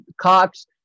Cops